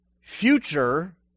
future